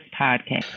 podcast